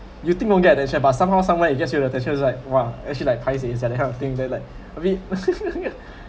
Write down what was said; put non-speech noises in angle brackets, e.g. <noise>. you think won't get that cheer but somehow some like you just feel the the cheers right !wah! actually like paiseh is like that kind of thing then like I mean <laughs>